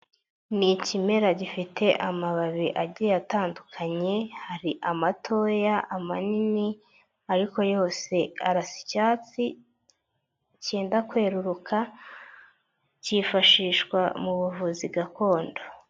Ni ikimera gifite amababi agiye atandukanye, hari amatoya, amanini, ariko yose arasa icyatsi kenda kweruruka, kifashishwa mu buvuzi gakondo.